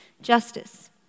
justice